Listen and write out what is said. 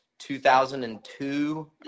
2002